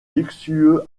luxueux